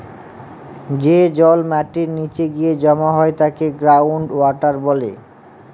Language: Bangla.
যে জল মাটির নীচে গিয়ে জমা হয় তাকে গ্রাউন্ড ওয়াটার বলে